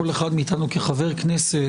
כל אחד מאיתנו כחבר כנסת,